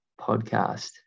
podcast